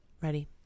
ready